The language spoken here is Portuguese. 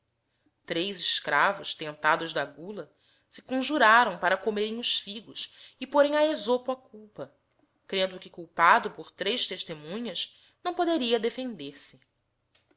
três escravos tentados da gula se conjurarão para comerem os figos e porem a esopo a culpa crendo que culpado por res testemunhas não poderíii defender-se